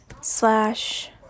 slash